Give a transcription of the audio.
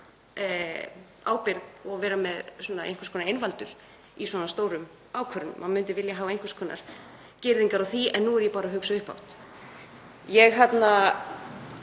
ábyrgð og vera einhvers konar einvaldur í svona stórum ákvörðunum, maður myndi vilja hafa einhvers konar girðingar á því, en nú er ég bara að hugsa upphátt. Ég myndi